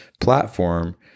platform